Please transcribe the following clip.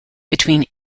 between